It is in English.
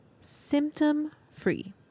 symptom-free